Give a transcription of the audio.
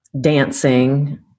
dancing